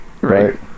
Right